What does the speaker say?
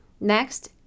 next